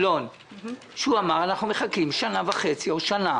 "אנחנו מחכים שנה וחצי או שנה